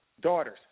daughters